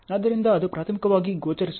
ಆದ್ದರಿಂದ ಅದು ಪ್ರಾಥಮಿಕವಾಗಿ ಗೋಚರಿಸುತ್ತದೆ